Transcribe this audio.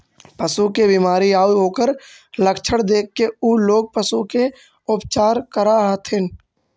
पशु के बीमारी आउ ओकर लक्षण देखके उ लोग पशु के उपचार करऽ हथिन